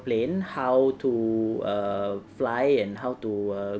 how to err fly and how to err